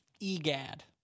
Egad